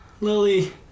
Lily